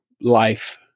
life